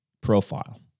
profile